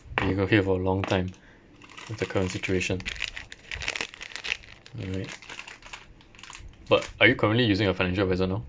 be over here for a long time with the current situation alright but are you currently using a financial adviser now